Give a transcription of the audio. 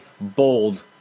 bold